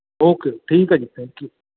okay ਠੀਕ ਹੈ ਜੀ ਥੈਂਕ ਯੂ